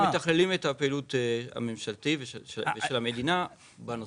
אנחנו מתכללים את הפעילות של המדינה בנושא.